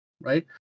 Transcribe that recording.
right